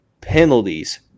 penalties